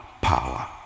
power